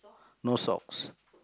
no socks